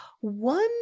One